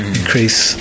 increase